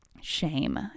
shame